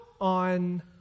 on